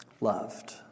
loved